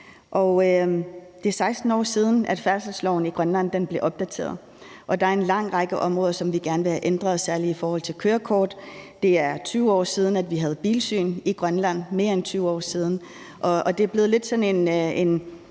Det er 16 år siden, færdselsloven i Grønland blev opdateret, og der er en lang række områder, som vi gerne vil have ændret, særlig i forhold til kørekort. Det er 20 år siden, vi havde bilsyn i Grønland, mere end 20 år siden. Det er blevet lidt sådan en